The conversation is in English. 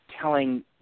telling